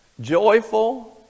Joyful